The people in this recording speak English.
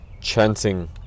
chanting